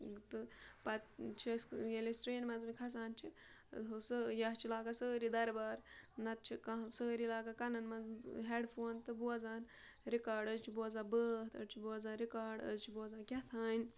تہٕ پَتہٕ چھِ أسۍ ییٚلہِ أسۍ ٹرٛینہِ منٛز وۄںۍ کھَسان چھِ ہُہ سُہ یا چھِ لاگان سٲری دربار نَتہٕ چھُ کانٛہہ سٲرۍ لاگان کَنَن منٛز ہٮ۪ڈفون تہٕ بوزان رِکاڑ أڑۍ چھِ بوزان بٲتھ أڑۍ چھِ بوزان رِکاڑ أڑۍ چھِ بوزان کیٛاہ تام